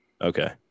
Okay